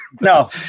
No